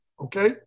okay